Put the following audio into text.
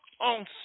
on